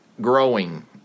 growing